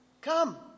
Come